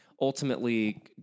ultimately